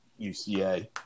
UCA